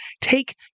take